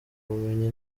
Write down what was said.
bumenyi